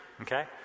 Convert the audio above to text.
Okay